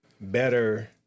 better